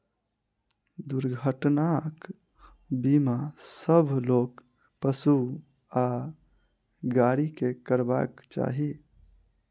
दुर्घटना बीमा सभ लोक, पशु आ गाड़ी के करयबाक चाही